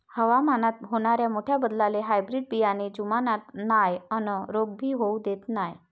हवामानात होनाऱ्या मोठ्या बदलाले हायब्रीड बियाने जुमानत नाय अन रोग भी होऊ देत नाय